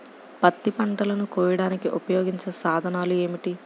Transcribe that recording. పత్తి పంటలను కోయడానికి ఉపయోగించే సాధనాలు ఏమిటీ?